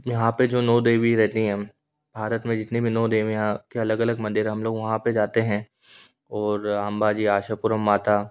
यहाँ पर जो नौ देवी रहती हैं भारत में जितनी भी नौ देवियाँ के अलग अलग मंदिर हैं हम लोग वहाँ पर जाते हैं और अम्बा जी आशापुरम माता